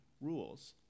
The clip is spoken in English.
rules